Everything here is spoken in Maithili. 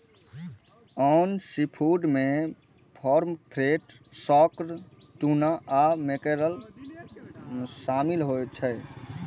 आन सीफूड मे पॉमफ्रेट, शार्क, टूना आ मैकेरल शामिल छै